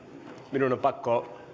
minun on pakko